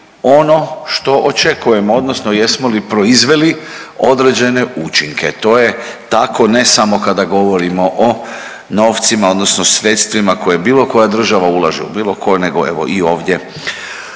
ono što očekujemo, odnosno jesmo li proizveli određene učinke. To je tako ne samo kada govorimo o novcima, odnosno sredstvima koje bilo koja država ulaže u bilo koje nego evo i ovdje